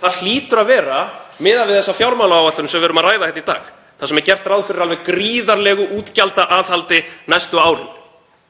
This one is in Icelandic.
Það hlýtur að vera, miðað við þessa fjármálaáætlun sem við erum að ræða í dag þar sem er gert ráð fyrir alveg gríðarlegu útgjaldaaðhaldi næstu árin.